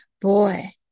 Boy